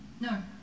No